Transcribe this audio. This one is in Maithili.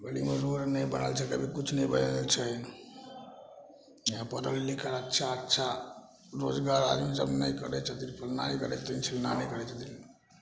गलीमे रोड नहि बनल छै कभी किछु नहि बनेने छै यहाँ पढ़ल लिखल अच्छा अच्छा रोजगार आदमीसभ नहि करै छथिन फल्लाँ नहि करै छथिन चिल्लाँ भी नहि करै छथिन